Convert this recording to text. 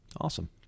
Awesome